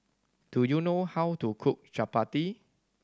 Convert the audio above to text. do you know how to cook Chapati